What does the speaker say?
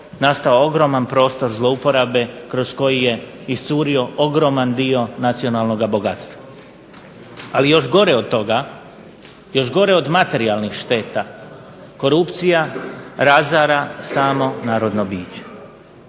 nastao ogroman prostor zlouporabe kroz koji je iscurio ogroman dio nacionalnoga bogatstva. Ali još gore od toga, još gore od materijalnih šteta korupcija razara samo narodno biće.